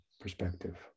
perspective